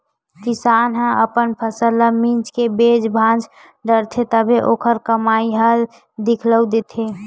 किसान ह अपन फसल ल मिंज के बेच भांज डारथे तभे ओखर कमई ह दिखउल देथे